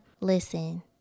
Listen